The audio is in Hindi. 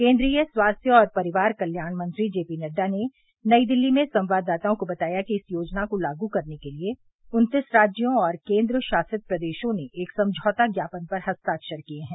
केन्द्रीय स्वास्थ्य और परिवार कल्याण मंत्री जे पी नड्डा ने नई दिल्ली में संवाददाताओं को बताया कि इस योजना को लागू करने के लिए उन्तीस राज्यों और केन्द्र शासित प्रदेशों ने एक समझौता ज्ञापन पर हस्ताक्षर किए हैं